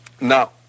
Now